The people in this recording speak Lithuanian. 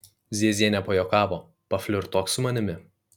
ziezienė pajuokavo paflirtuok su manimi